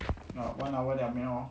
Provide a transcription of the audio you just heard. got one hour liao 没有